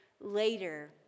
later